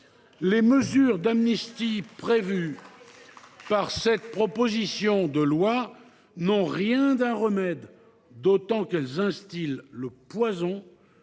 Les mesures d’amnistie prévues par cette proposition de loi n’ont rien d’un remède, d’autant qu’elles instillent un poison